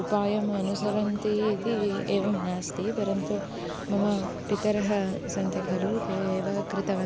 उपायम् अनुसरन्ति इति एवं नास्ति परन्तु मम पितरः सन्ति खलु ते एव कृतवन्तः